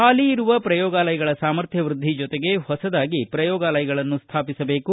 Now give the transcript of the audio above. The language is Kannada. ಪಾಲಿಯಿರುವ ಪ್ರಯೋಗಾಲಯಗಳ ಸಾಮರ್ಥ್ಯವೃದ್ದಿ ಜೊತೆಗೆ ಹೊಸದಾಗಿ ಪ್ರಯೋಗಾಲಯಗಳನ್ನು ಸ್ವಾಪಿಸಬೇಕು